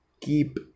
keep